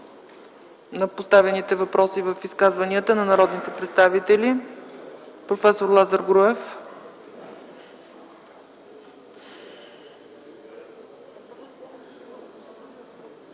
на поставените въпроси в изказванията на народните представители? Заповядайте.